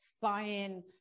buying